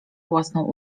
własną